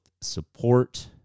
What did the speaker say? support